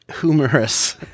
humorous